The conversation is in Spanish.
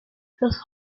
los